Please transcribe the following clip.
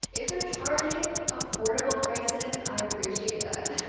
if they're charging affordable prices, i appreciate that.